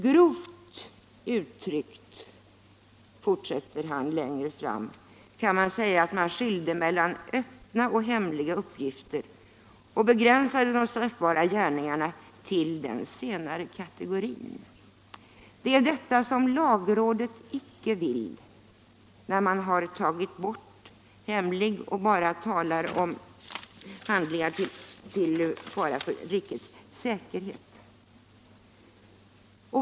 Grovt uttryckt, fortsätter han längre fram, kan sägas att man skilde mellan ”öppna” och ”hemliga” uppgifter och begränsade de straffbara gärningarna till den senare kategorin. Det är detta lagrådet inte vill, när man tagit bort ”hemliga” och bara talar om handlingar till fara för rikets säkerhet.